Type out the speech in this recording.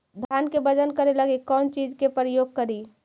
धान के बजन करे लगी कौन चिज के प्रयोग करि?